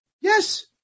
Yes